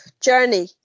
journey